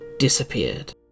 disappeared